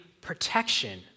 protection